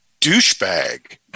douchebag